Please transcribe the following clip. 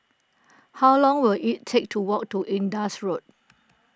how long will it take to walk to Indus Road